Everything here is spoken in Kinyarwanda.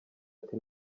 ati